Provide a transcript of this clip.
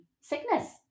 Sickness